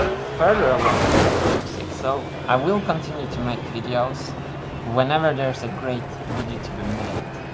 further away from the music, so i will continue to make videos whenever there's a great video to be made.